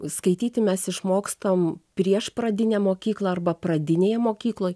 skaityti mes išmokstam prieš pradinę mokyklą arba pradinėje mokykloj